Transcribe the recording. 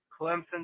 Clemson